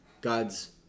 God's